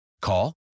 Call